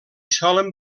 solen